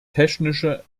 technische